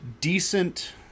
decent